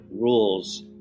rules